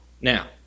now